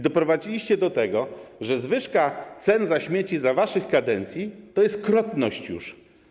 Doprowadziliście do tego, że zwyżka cen za śmieci za waszych kadencji to jest krotność już.